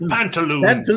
Pantaloons